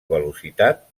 velocitat